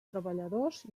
treballadors